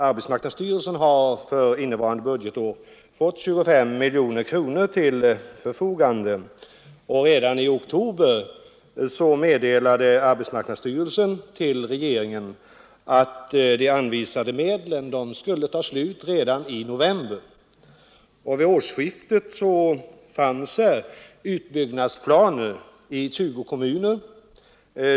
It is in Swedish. Arbetsmarknadsstyrelsen har för innevarande budgetår fått 25 miljoner kronor till förfogande, och redan i oktober meddelade arbetsmarknadsstyrelsen regeringen att de anvisade medlen skulle ta slut i november. Vid årsskiftet fanns utbyggnadsplaner i 20 kommuner.